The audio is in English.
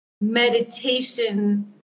meditation